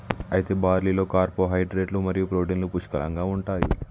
అయితే బార్లీలో కార్పోహైడ్రేట్లు మరియు ప్రోటీన్లు పుష్కలంగా ఉంటాయి